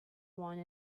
one